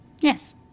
Yes